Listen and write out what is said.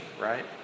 Right